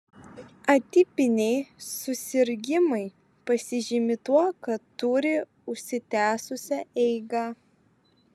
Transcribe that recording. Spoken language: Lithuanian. atipiniai susirgimai pasižymi tuo kad turi užsitęsusią eigą